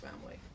family